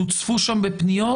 תוצפו שם בפניות?